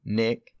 nick